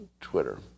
Twitter